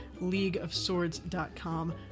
LeagueofSwords.com